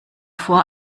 vor